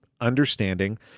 understanding